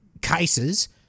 cases